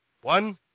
one